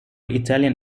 italian